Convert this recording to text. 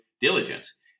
diligence